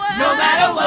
no matter